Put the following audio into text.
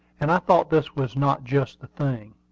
and i thought this was not just the thing.